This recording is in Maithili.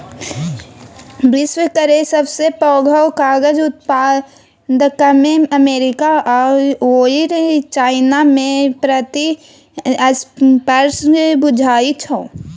विश्व केर सबसे पैघ कागजक उत्पादकमे अमेरिका आओर चाइनामे प्रतिस्पर्धा बुझाइ छै